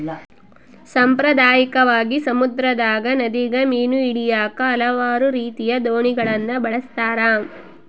ಸಾಂಪ್ರದಾಯಿಕವಾಗಿ, ಸಮುದ್ರದಗ, ನದಿಗ ಮೀನು ಹಿಡಿಯಾಕ ಹಲವಾರು ರೀತಿಯ ದೋಣಿಗಳನ್ನ ಬಳಸ್ತಾರ